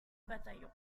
bataillon